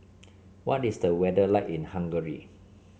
what is the weather like in Hungary